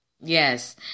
Yes